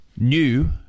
new